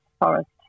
forest